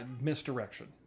Misdirection